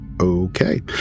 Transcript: Okay